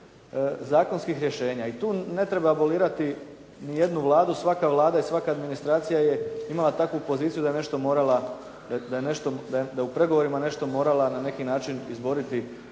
zakonskih rješenja i tu ne treba abolirati nijednu vladu, svaka vlada i svaka administracija je imala takvu poziciju da je u pregovorima nešto morala na neki način izboriti